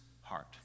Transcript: heart